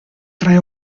tre